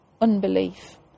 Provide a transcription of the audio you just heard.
unbelief